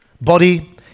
Body